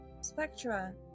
Spectra